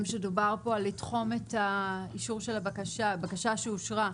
שדובר פה על לתחום את האישור של בקשה שאושרה,